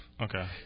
Okay